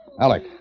Alec